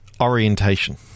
orientation